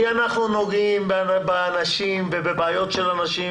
כי אנחנו נוגעים באנשים ובבעיות של אנשים,